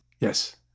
Yes